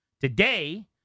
Today